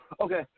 okay